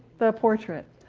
the portrait?